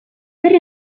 zer